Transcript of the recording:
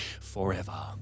forever